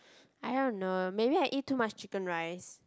I don't know maybe I ate too much chicken rice